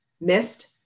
missed